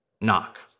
knock